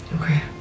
Okay